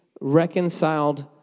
reconciled